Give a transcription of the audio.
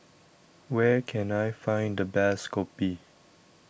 where can I find the best Kopi